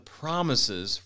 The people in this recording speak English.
promises